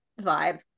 vibe